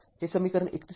हे समीकरण ३१ आहे